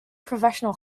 professional